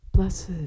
Blessed